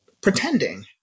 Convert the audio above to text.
pretending